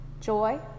joy